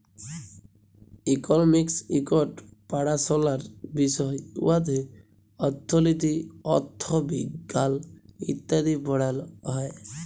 economics ইকট পাড়াশলার বিষয় উয়াতে অথ্থলিতি, অথ্থবিজ্ঞাল ইত্যাদি পড়াল হ্যয়